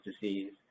disease